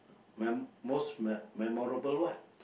my most my me~ memorable what